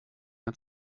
hat